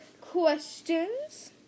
questions